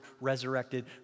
resurrected